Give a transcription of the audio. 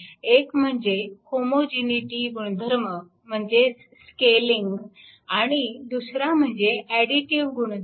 एक म्हणजे होमोजिनिटी गुणधर्म म्हणजेच स्केलिंग आणि दुसरा म्हणजे अडिटिव्ह गुणधर्म